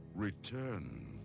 Return